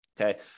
okay